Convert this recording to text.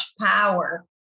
power